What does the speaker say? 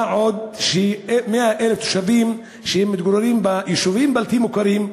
מה גם ש-100,000 תושבים מתגוררים ביישובים בלתי מוכרים,